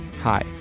Hi